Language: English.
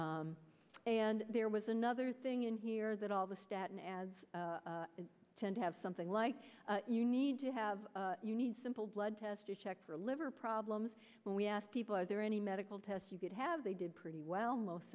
be and there was another thing in here that all the staten as tend to have something like you need to have you need simple blood test to check for liver problems when we ask people are there any medical tests you could have they did pretty well most